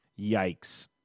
yikes